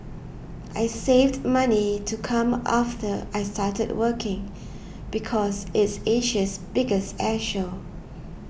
I saved money to come after I started working because it's Asia's biggest air show